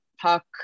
Puck